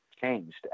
changed